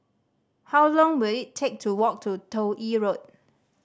how long will it take to walk to Toh Yi Road